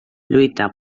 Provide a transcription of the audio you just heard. lluita